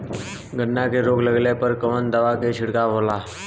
गन्ना में रोग लगले पर कवन दवा के छिड़काव होला?